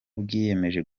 bwiyemeje